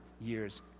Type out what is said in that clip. years